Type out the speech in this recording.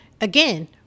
again